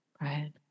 Right